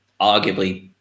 arguably